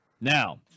Now